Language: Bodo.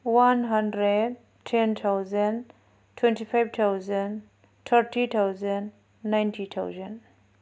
one hundred ten thousand twenty five thousand thirty thousand ninety thousand